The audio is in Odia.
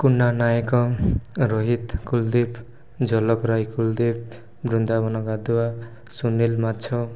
କୁନା ନାୟକ ରୋହିତ କୁଲଦୀପ ଜଲକରାଇ କୁଲଦୀପ ବୃନ୍ଦାବନ ଗାଧୁଆ ସୁନୀଲ ମାଛ